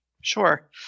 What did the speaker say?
Sure